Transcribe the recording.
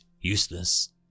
useless